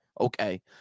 Okay